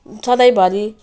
सधैँभरि